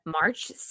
March